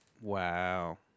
Wow